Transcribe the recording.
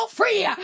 free